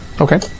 Okay